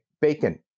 Bacon